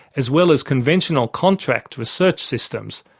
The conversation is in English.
as well as conventional contract research systems,